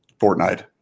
Fortnite